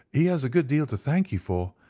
he has a good deal to thank you for,